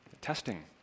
testing